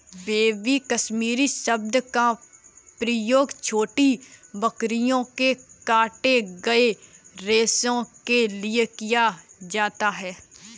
baby Kashmiri शब्द का प्रयोग छोटी बकरियों के काटे गए रेशो के लिए किया जाता है